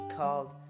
called